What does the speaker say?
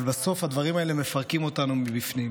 אבל בסוף הדברים האלה מפרקים אותנו מבפנים.